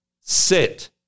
Sit